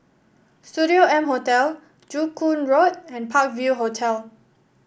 Studio M Hotel Joo Koon Road and Park View Hotel